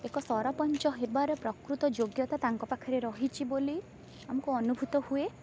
ଏକ ସରପଞ୍ଚ ହେବାର ପ୍ରକୃତ ଯୋଗ୍ୟତା ତାଙ୍କ ପାଖରେ ରହିଛି ବୋଲି ଆମକୁ ଅନୁଭୂତ ହୁଏ